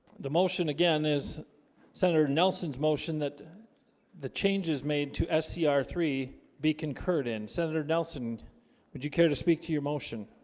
the motion again is senator nelson's motion that the change is made to scr yeah ah three be concurred in senator nelson would you care to speak to your motion?